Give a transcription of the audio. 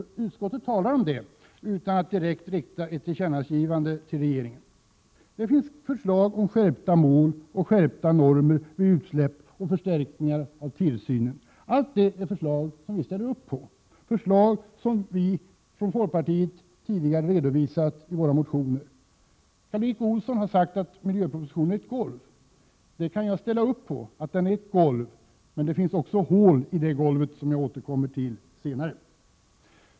Utskottet talar om detta utan att direkt föreslå att det skall riktas ett tillkännagivande till regeringen. Det finns förslag om skärpta mål och skärpta normer vid utsläpp och om förstärkningar av tillsynen. Allt detta är förslag som vi ställer upp på, förslag som vi från folkpartiet tidigare redovisat i våra motioner. Karl Erik Olsson har sagt att miljöpropositionen är ett golv. Det kan jag hålla med om. Men det finns också hål i detta golv, något som jag skall återkomma till senare.